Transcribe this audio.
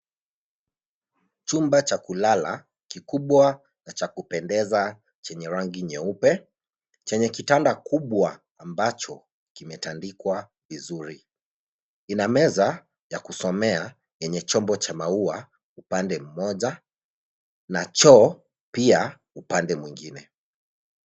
Chumba cha kulala kikubwa na cha kupendeza; chenye rangi nyeupe, chenye kitanda kubwa ambacho kimetandikwa vizuri. Ina meza ya kusomea, yenye chenye chombo cha maua upande mmoja na choo pia upande mwingine.